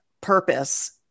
purpose